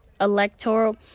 electoral